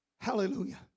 hallelujah